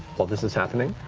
while this is happening,